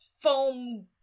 foam